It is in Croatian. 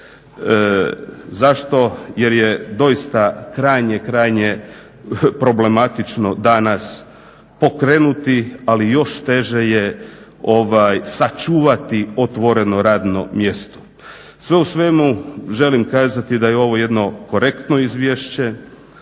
Zašto? Jer je doista krajnje, krajnje problematično danas pokrenuti, ali još teže je sačuvati otvoreno radno mjesto. Sve u svemu želim kazati da je ovo jedno korektno izvješće